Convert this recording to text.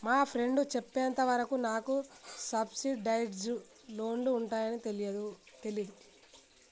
మా ఫ్రెండు చెప్పేంత వరకు నాకు సబ్సిడైజ్డ్ లోన్లు ఉంటయ్యని తెలీదు